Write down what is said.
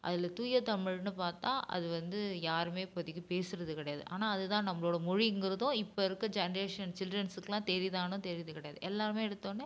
அதில் தூய தமிழ்ன்னு பார்த்தா அது வந்து யாருமே இப்போதைக்கி பேசுகிறது கிடையாது ஆனால் அது தான் நம்மளோடய மொழிங்கிறதும் இப்போ இருக்க ஜென்ரேஷன் சில்ட்ரன்ஸுக்குலாம் தெரியுதானும் தெரியறது கிடையாது எல்லோருமே எடுத்த ஒடனே